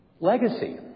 Legacy